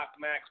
max